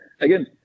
Again